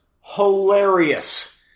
hilarious